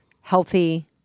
healthy